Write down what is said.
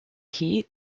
heat